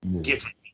Different